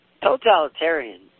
totalitarian